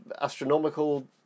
astronomical